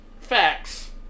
Facts